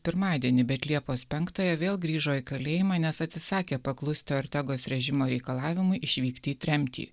pirmadienį bet liepos penktąją vėl grįžo į kalėjimą nes atsisakė paklusti ortegos režimo reikalavimui išvykti į tremtį